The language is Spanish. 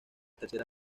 tercera